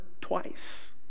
twice